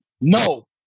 no